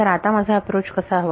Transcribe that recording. तर आता माझा अॅप्रोच कसा हवा